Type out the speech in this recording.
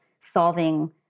solving